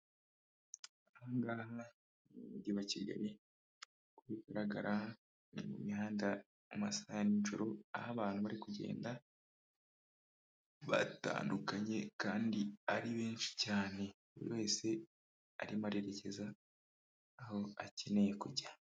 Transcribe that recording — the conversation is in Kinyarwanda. Ahangaha mu mujyi wa Kigali kugaragara mu mihanda mu masa ya njoro aho abantu bari kugenda batandukanye kandi ari benshi cyane buri wese arimo arererekeza aho akeneye kujya.